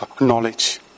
knowledge